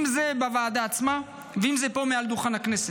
אם זה בוועדה עצמה ואם זה פה על דוכן הכנסת,